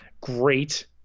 great